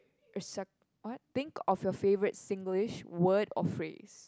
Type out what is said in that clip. recep~ what think of your favorite Singlish word or phrase